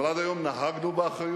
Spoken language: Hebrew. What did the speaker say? אבל עד היום נהגנו באחריות,